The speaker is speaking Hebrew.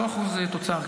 לא אחוז תוצר,